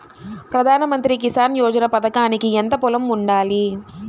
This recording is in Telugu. ప్రధాన మంత్రి కిసాన్ యోజన పథకానికి ఎంత పొలం ఉండాలి?